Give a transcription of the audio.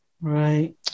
right